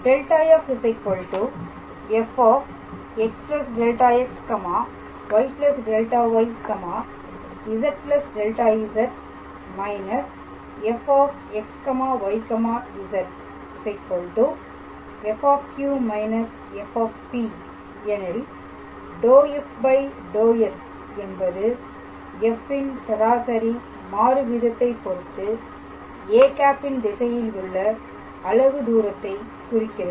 δf fx δxy δyz δz − fxyz f − f எனில் ∂f ∂s என்பது f ன் சராசரி மாறு வீதத்தை பொறுத்து â ன் திசையில் உள்ள அலகு தூரத்தை குறிக்கிறது